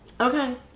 Okay